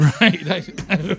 Right